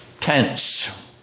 tense